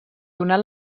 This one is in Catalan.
donar